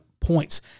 points